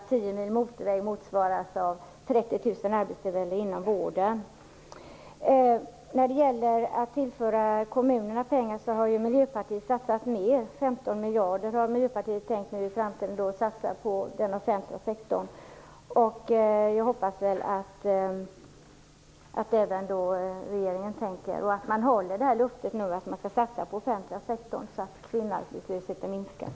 Tio mil motorväg motsvaras av När det gäller att tillföra kommunerna pengar har ju Miljöpartiet satsat mer. Miljöpartiet har tänkt satsa 15 miljarder i framtiden på den offentliga sektorn. Jag hoppas att även regeringen håller löftet om att man skall satsa på den offentliga sektorn, så att kvinnoarbetslösheten minskar.